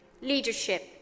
leadership